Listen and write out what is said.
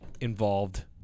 involved